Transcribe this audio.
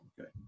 okay